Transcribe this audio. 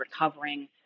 recovering